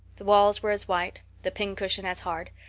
the walls were as white, the pincushion as hard,